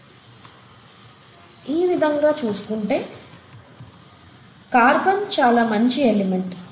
ఆవిధంగా చూసుకుంటే కార్బన్ చాలా మంచి ఎలిమెంట్